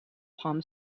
palm